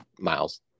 miles